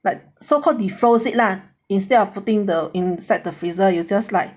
but so called D_E froze it lah instead of putting the inside the freezer you just like